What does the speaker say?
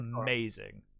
amazing